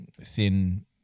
thin